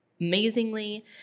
amazingly